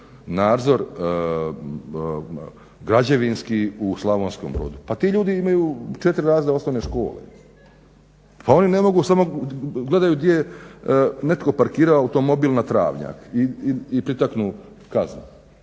nadzor građevinski u Slavonskom Brodu. Pa ti ljudi imaju 4 razreda osnovne škole. Pa oni ne mogu, samo gledaju gdje je netko parkirao automobil na travnjak i pritaknu kaznu.